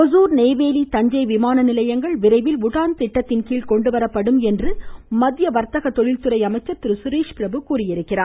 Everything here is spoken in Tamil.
ஒசூர் நெய்வேலி தஞ்சை விமான நிலையங்கள் விரைவில் உதான் திட்டத்தின்கீழ் கொண்டுவரப்படும் என்று மத்திய வர்த்தக தொழில்துறை அமைச்சர் திரு சுரேஷ்யிரபு தெரிவித்தார்